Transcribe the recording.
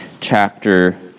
chapter